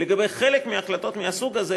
לגבי חלק מההחלטות מהסוג הזה,